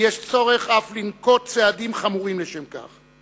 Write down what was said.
ויש צורך אף לנקוט צעדים חמורים לשם כך.